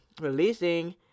releasing